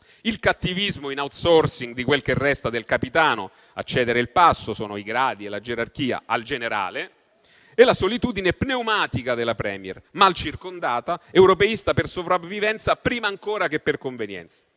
il cattivismo in *outsourcing* di quel che resta del capitano a cedere il passo - sono i gradi e la gerarchia - al generale; e la solitudine pneumatica della *Premier*, mal circondata, europeista per sopravvivenza prima ancora che per convenienza.